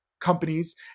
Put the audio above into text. Companies